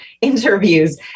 interviews